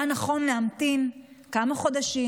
היה נכון להמתין כמה חודשים,